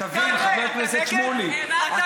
תבין, חבר הכנסת שמולי, תענה.